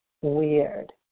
Weird